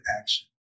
action